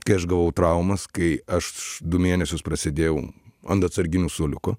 kai aš gavau traumas kai aš du mėnesius prasėdėjau ant atsarginių suoliuko